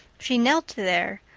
she knelt there,